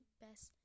best